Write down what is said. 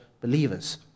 believers